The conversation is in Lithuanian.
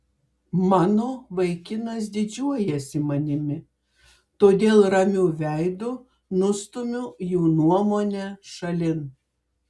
mano vaikinas didžiuojasi manimi todėl ramiu veidu nustumiu jų nuomonę šalin